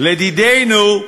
לדידנו,